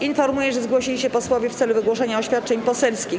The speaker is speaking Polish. Informuję, że zgłosili się posłowie w celu wygłoszenia oświadczeń poselskich.